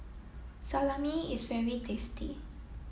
salami is very tasty